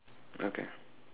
okay